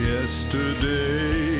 Yesterday